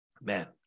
Man